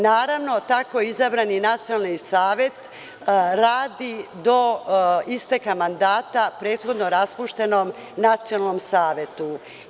Naravno, tako izabrani nacionalni savet radi do isteka mandata prethodno raspuštenom nacionalnom savetu.